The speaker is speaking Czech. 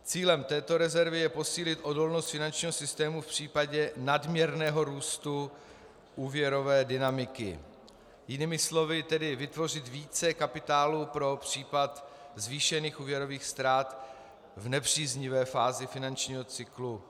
Cílem této rezervy je posílit odolnost finančního systému v případě nadměrného růstu úvěrové dynamiky, jinými slovy tedy vytvořit více kapitálu pro případ zvýšených úvěrových ztrát v nepříznivé fázi finančního cyklu.